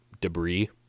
debris